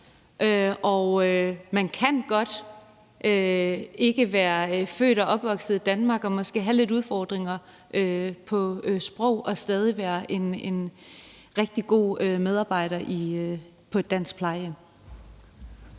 Man kan godt ikke være født og opvokset i Danmark, måske have lidt udfordringer med sproget og stadig være en rigtig god medarbejder på et dansk plejehjem.